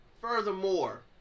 furthermore